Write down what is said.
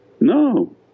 No